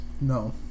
No